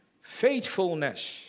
faithfulness